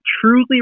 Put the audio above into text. Truly